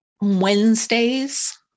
Wednesdays